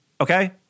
Okay